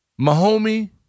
Mahomie